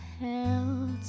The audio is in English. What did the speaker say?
held